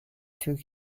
took